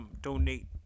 donate